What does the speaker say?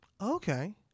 Okay